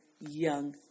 young